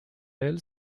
elle